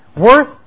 worth